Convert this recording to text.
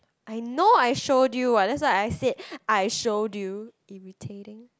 I know I showed you what that's why I said I showed you irritating